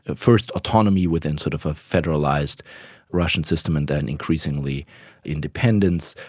ah first autonomy within sort of a federalised russian system and then increasingly independence.